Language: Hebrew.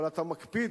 אבל אתה מקפיד